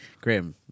Graham